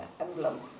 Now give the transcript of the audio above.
emblem